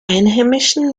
einheimischen